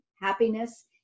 happiness